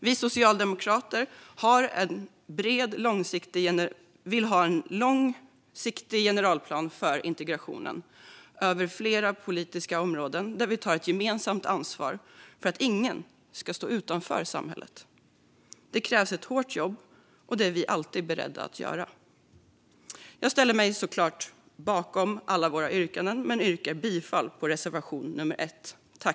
Vi socialdemokrater vill ha en bred, långsiktig generalplan för integrationen över flera politikområden, där ett gemensamt ansvar tas för att ingen ska stå utanför samhället. Det kräver ett hårt jobb, och det är vi alltid beredda att göra. Jag står givetvis bakom alla våra reservationer men yrkar bifall endast till reservation 1.